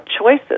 choices